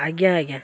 ଆଜ୍ଞା ଆଜ୍ଞା